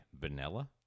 Vanilla